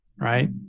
right